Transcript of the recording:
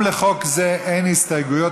גם לחוק זה אין הסתייגויות,